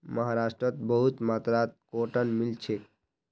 महाराष्ट्रत बहुत मात्रात कॉटन मिल छेक